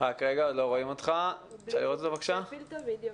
אני לא יודע על מה דיברת עם שר האוצר.